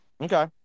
Okay